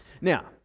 Now